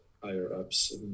higher-ups